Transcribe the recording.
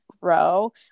grow